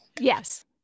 Yes